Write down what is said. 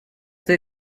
they